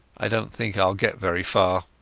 i donat think iall get very far.